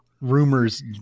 rumors